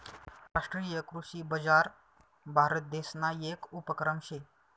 राष्ट्रीय कृषी बजार भारतदेसना येक उपक्रम शे